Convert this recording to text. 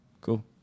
Cool